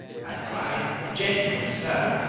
i cried, genuinely stirred.